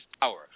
power